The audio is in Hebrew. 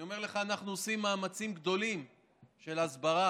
אני אומר לך, אנחנו עושים מאמצים גדולים של הסברה